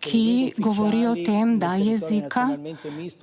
ki govori o tem, da jezika